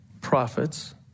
prophets